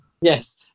Yes